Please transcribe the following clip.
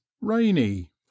rainy